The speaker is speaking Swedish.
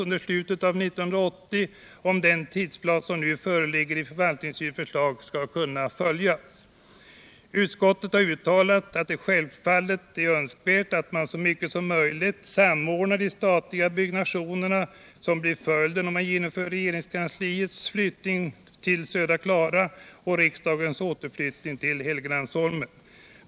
Utskottet har uttalat att det självfallet är önskvärt att man så mycket som möjligt samordnar det statliga byggande som blir följden om man genomför både regeringskansliets flyttning till Södra Klara och riksdagens återflyttning till Helgeandsholmen.